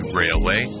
railway